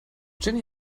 jenny